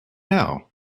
know